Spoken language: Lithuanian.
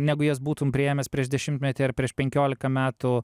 negu jas būtum priėmęs prieš dešimtmetį ar prieš penkiolika metų